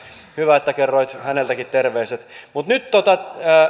hyvä että kerroit häneltäkin terveiset mutta nyt